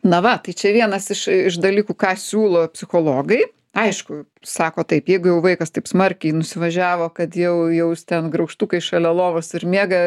na va tai čia vienas iš iš dalykų ką siūlo psichologai aišku sako taip jeigu jau vaikas taip smarkiai nusivažiavo kad jau jau jis ten graužtukai šalia lovos ir miega